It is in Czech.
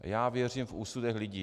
Já věřím v úsudek lidí.